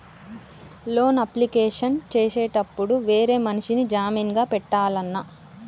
Loan application చేసేటప్పుడు వేరే మనిషిని జామీన్ గా పెట్టాల్నా?